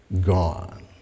gone